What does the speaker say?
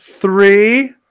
Three